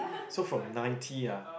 so from ninety ah